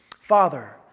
Father